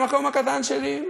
מהמקום הקטן שלי,